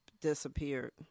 disappeared